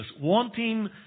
wanting